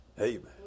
Amen